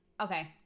Okay